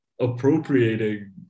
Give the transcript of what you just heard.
appropriating